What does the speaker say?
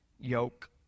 yoke